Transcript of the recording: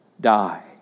die